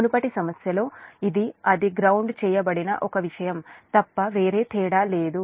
మునుపటి సమస్యలో ఇది అన్గ్రౌండ్ చేయబడిన ఒక విషయం తప్ప వేరే తేడా లేదు